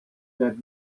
that